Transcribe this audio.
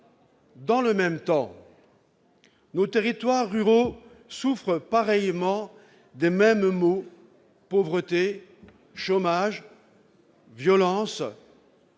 Dans le même temps, nos territoires ruraux souffrent pareillement des mêmes maux- pauvreté, chômage, violence,